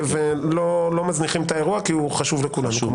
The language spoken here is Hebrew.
ולא מזניחים את האירוע כי הוא חשוב לכו לנו.